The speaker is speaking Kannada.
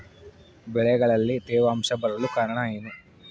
ಬೆಳೆಗಳಲ್ಲಿ ತೇವಾಂಶ ಬರಲು ಕಾರಣ ಏನು?